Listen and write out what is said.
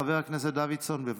חבר הכנסת דוידסון, בבקשה.